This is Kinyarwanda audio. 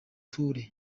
touré